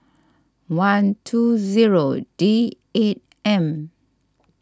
one two zero D eight M